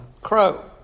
crow